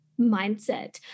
mindset